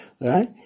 right